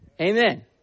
Amen